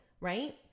Right